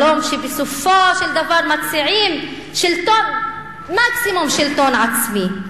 שלום שבסופו של דבר מציעים מקסימום שלטון עצמי,